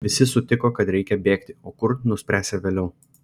visi sutiko kad reikia bėgti o kur nuspręsią vėliau